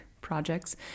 projects